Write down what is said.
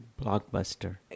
blockbuster